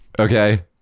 okay